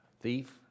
thief